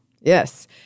Yes